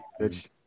bitch